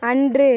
அன்று